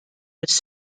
was